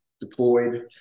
deployed